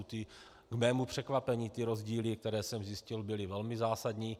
K mému překvapení rozdíly, které jsem zjistil, byly velmi zásadní.